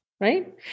right